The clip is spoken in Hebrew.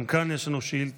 גם כאן יש לנו שאילתה,